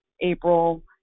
April